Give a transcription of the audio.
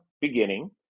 beginning